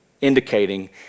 indicating